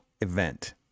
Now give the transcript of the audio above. event